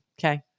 Okay